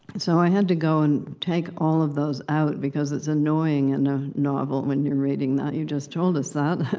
so i had to go and take all of those out, because it's annoying in a novel, yeah reading that. you just told us that.